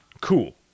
Cool